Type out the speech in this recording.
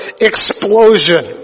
explosion